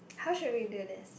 how should we do this